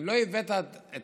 אנחנו